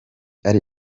ari